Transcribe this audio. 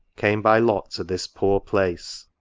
came by lot to this poor place.